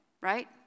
right